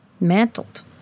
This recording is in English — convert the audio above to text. mantled